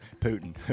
Putin